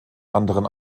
anderen